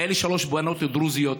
היו שלוש בנות דרוזיות,